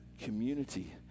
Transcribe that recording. community